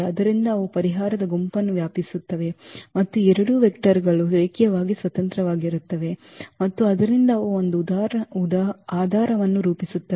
ಆದ್ದರಿಂದ ಅವು ಪರಿಹಾರದ ಗುಂಪನ್ನು ವ್ಯಾಪಿಸುತ್ತವೆ ಮತ್ತು ಈ ಎರಡು ವೆಕ್ಟರ್ ಗಳು ರೇಖೀಯವಾಗಿ ಸ್ವತಂತ್ರವಾಗಿರುತ್ತವೆ ಮತ್ತು ಆದ್ದರಿಂದ ಅವು ಒಂದು ಆಧಾರವನ್ನು ರೂಪಿಸುತ್ತವೆ